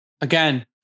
Again